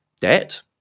debt